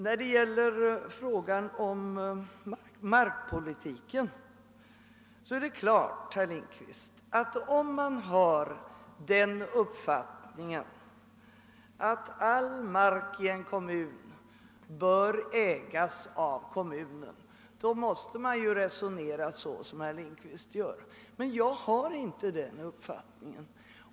När det gäller frågan om markpolitiken måste man självfallet, om man har den uppfattningen att all mark i en kommun bör ägas av kommunen, resonera så som herr Lindkvist gör. Men jag har inte den uppfattningen.